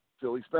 Philly